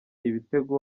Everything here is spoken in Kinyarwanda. ibitego